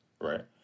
right